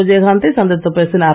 விஜயகாந்த் தை சந்தித்துப் பேசினார்